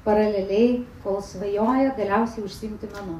paraleliai kol svajoja galiausiai užsiimti menu